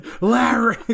Larry